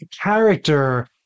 character